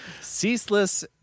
Ceaseless